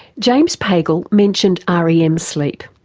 james pagel mentioned ah rem sleep.